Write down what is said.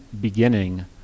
beginning